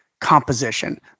composition